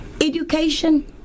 Education